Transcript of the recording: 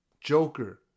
Joker